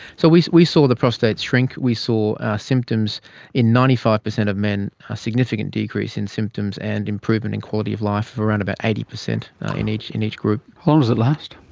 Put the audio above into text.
so we we saw the prostates shrink. we saw symptoms in ninety five percent of men, a significant decrease in symptoms and improvement in quality of life, around but eighty percent in each in each group. how long does it last?